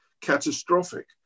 catastrophic